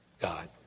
God